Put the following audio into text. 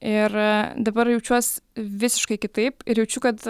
ir dabar jaučiuos visiškai kitaip ir jaučiu kad